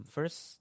First